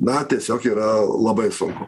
na tiesiog yra labai sunku